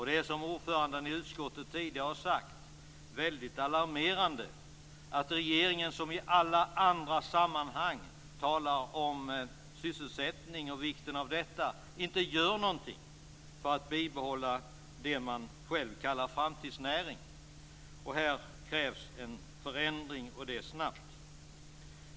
Det är, som ordföranden i utskottet tidigare har sagt, väldigt alarmerande att regeringen, som i alla andra sammanhang talar om sysselsättningen och vikten därav, inte gör någonting för att bibehålla det som man själv kallar för en framtidsnäring. Här krävs det en förändring, och det snabbt.